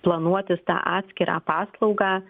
planuotis tą atskirą paslaugą